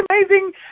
amazing